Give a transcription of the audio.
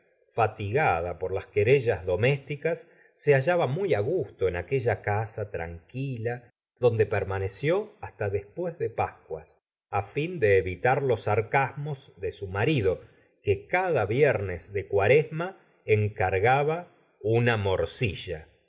fatigada por las querellas domésticas se hallaba muy á su gusto en aquella casa tranqui a donde permaneció hasta después de pascuas á fin de evita r los sarcasmos de su marido que cada viernes de cuaresma encargaba una morcilla